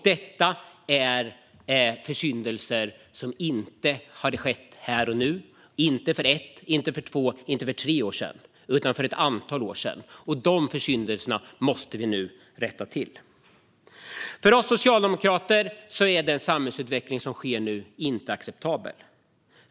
Detta är försyndelser som inte har skett här och nu och heller inte för ett, två eller tre år sedan utan för ett antal år sedan. Dessa försyndelser måste vi nu rätta till. För oss socialdemokrater är den samhällsutveckling som sker nu inte acceptabel.